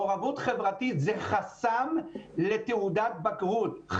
מעורבות חברתית זה חסם לזכאות לתעודת בגרות.